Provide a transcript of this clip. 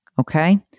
Okay